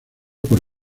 por